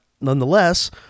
nonetheless